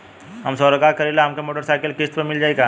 हम स्वरोजगार करीला हमके मोटर साईकिल किस्त पर मिल जाई का?